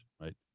right